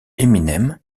eminem